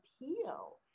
appeal